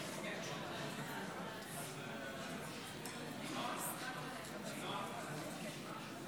הכנתה לקריאה הראשונה לוועדת הכנסת לצורך קביעת ועדה.